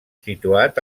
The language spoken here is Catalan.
situat